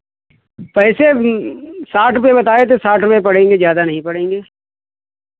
पैसे साठ रुपए बताए थे साठ रुपए पड़ेंगे ज़्यादा नहीं पड़ेंगे